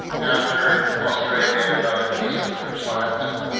after australian and other peacekeepers landed,